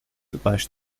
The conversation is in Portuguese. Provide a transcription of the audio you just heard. debaixo